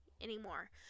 anymore